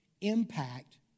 impact